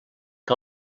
que